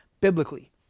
biblically